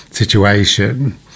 situation